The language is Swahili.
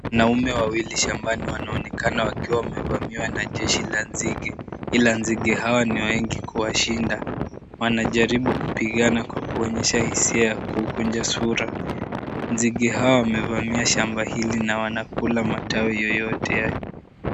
Wanaume wawili shambani wanaonekana wakiwa wamevamiwa na jeshi la nzige. Ila nzige hawa ni wengi kuwashinda. Wanajaribu kupigana kwa kuonyesha hisia ya kukunja sura. Nzige hawa wamevamia shamba hili na wanakula matawi yoyote yale.